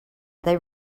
they